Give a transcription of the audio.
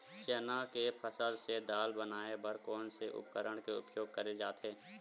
चना के फसल से दाल बनाये बर कोन से उपकरण के उपयोग करे जाथे?